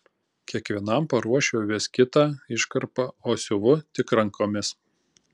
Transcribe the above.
kiekvienam paruošiu vis kitą iškarpą o siuvu tik rankomis